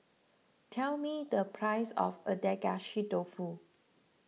tell me the price of Agedashi Dofu